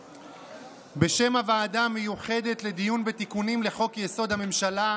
בשם הוועדה המיוחדת לדיון בתיקונים לחוק-יסוד: הממשלה,